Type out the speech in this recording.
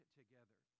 together